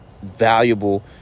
Valuable